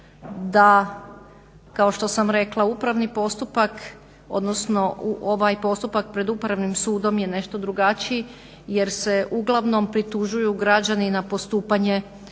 da kao što sam rekla upravni postupak odnosno ovaj postupak pred upravnim sudom je nešto drugačiji jer se uglavnom pritužuju građani na postupanje